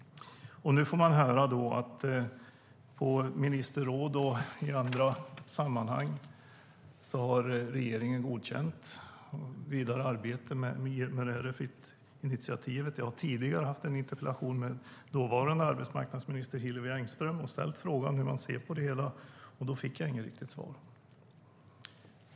Nu får man höra att regeringen, både på ministerråd och i andra sammanhang, har godkänt vidare arbete med Refit. Jag har tidigare haft en interpellationsdebatt med dåvarande arbetsmarknadsministern Hillevi Engström och ställt frågan hur man ser på det hela. Då fick jag inget riktigt svar.